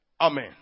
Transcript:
Amen